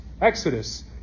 Exodus